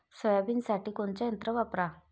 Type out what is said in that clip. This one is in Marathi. सोयाबीनसाठी कोनचं यंत्र वापरा?